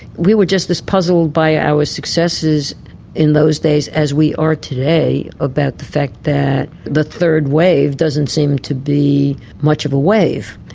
we were just as puzzled by our successes in those days as we are today about the fact that the third wave doesn't seem to be much of a wave,